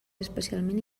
especialment